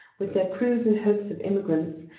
with their crews and hosts of immigrants,